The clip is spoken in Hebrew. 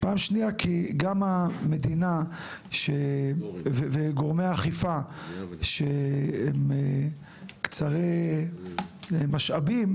פעם שנייה כי גם המדינה וגורמי האכיפה שהם קצרי משאבים,